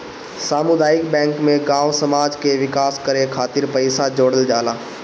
सामुदायिक बैंक में गांव समाज कअ विकास करे खातिर पईसा जोड़ल जाला